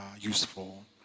useful